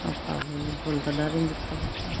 अब का बिल्कुल का डर नहीं लगता बताए